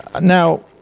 Now